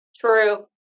True